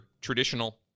traditional